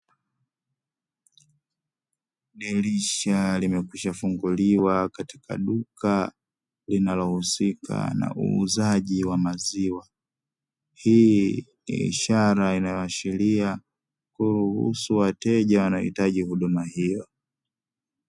Dirisha limekwisha funguliwa katika duka linalohusika na uuzaji wa maziwa, hii ni ishara inayoashiria kuruhusu wateja wanaohitaji huduma hiyo.